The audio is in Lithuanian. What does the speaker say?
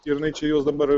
ir jinai čia juos dabar